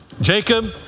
Jacob